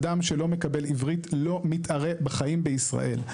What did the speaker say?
אדם שלא מקבל עברית לא מתערה בחיים בישראל.